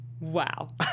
Wow